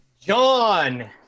John